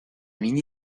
mini